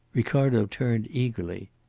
ricardo turned eagerly.